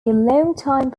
longtime